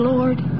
Lord